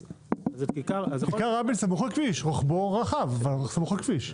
כיכר רבין סמוך לכביש, רוחבו רחב אבל סמוך לכביש.